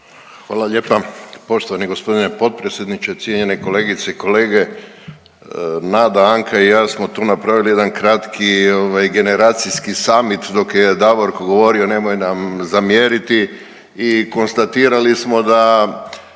Hvala lijepa poštovani g. potpredsjedniče, cijenjene kolegice i kolege. Nada, Anka i ja smo tu napravili jedan kratki ovaj generacijski samit, dok je Davorko govorio, nemoj nam zamjeriti i konstatirali smo da